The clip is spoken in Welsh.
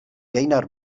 gaynor